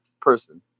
person